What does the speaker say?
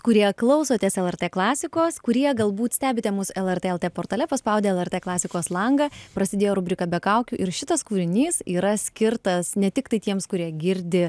kurie klausotės lrt klasikos kurie galbūt stebite mūsų lrt lt portale paspaudę lrt klasikos langą prasidėjo rubrika be kaukių ir šitas kūrinys yra skirtas ne tiktai tiems kurie girdi